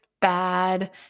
bad